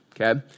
okay